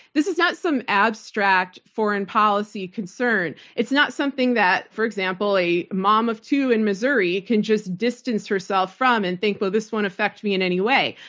this is not some abstract foreign policy concern. it's not something that, for example, a mom of two in missouri can just distance herself from and think, well, this won't affect me in any way,